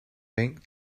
bank